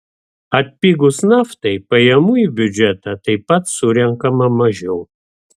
atpigus naftai pajamų į biudžetą taip pat surenkama mažiau